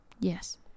Yes